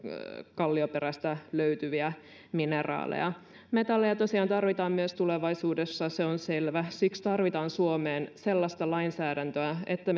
kallioperästä löytyviä mineraaleja metalleja tosiaan tarvitaan myös tulevaisuudessa se on selvä siksi tarvitaan suomeen sellaista lainsäädäntöä että